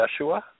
Yeshua